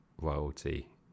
royalty